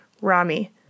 Rami